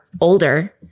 older